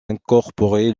incorporé